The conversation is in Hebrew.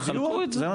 תחלקו את זה,